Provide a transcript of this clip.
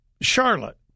Charlotte